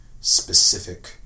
specific